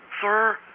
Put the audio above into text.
Sir